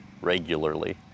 regularly